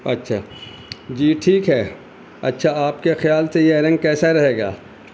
اچھا جی ٹھیک ہے اچھا آپ کے خیال سے یہ رنگ کیسا رہے گا